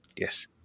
Yes